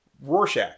Rorschach